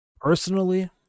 Personally